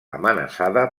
amenaçada